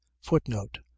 footnote